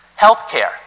Healthcare